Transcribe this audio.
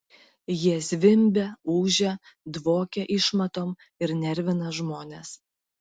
jie zvimbia ūžia dvokia išmatom ir nervina žmones